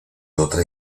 otra